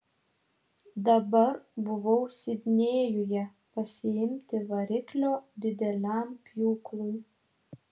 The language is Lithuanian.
dabar buvau sidnėjuje pasiimti variklio dideliam pjūklui